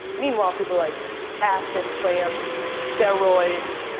meanwhile, people like ass implants, steroids,